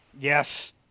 Yes